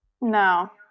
No